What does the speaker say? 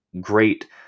great